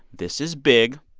this is big,